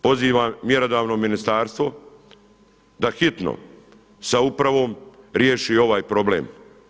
Pozivam mjerodavno ministarstvo da hitno sa upravom riješi ovaj problem.